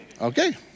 Okay